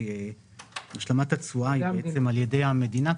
שהשלמת התשואה היא על ידי המדינה,